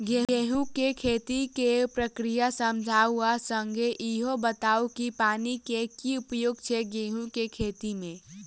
गेंहूँ केँ खेती केँ प्रक्रिया समझाउ आ संगे ईहो बताउ की पानि केँ की उपयोग छै गेंहूँ केँ खेती में?